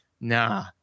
nah